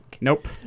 Nope